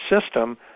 system